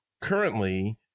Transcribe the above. currently